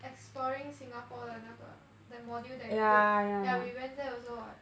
exploring singapore 的那个 that module that we took yeah we went there also